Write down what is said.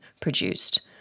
produced